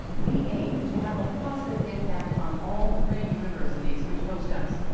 we aim to have a positive impact on all three universities which host us,